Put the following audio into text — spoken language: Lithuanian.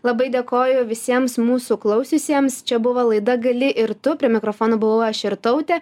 labai dėkoju visiems mūsų klausiusiems čia buvo laida gali ir tu prie mikrofono buvau aš jurtautė